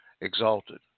exalted